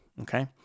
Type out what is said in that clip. Okay